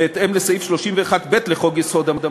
בהתאם לסעיף 31(ב) לחוק-יסוד: הממשלה,